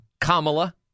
Kamala